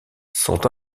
sont